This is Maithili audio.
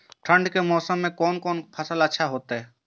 ठंड के मौसम में कोन कोन फसल अच्छा होते?